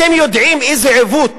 אתם יודעים איזה עיוות